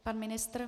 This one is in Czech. Pan ministr?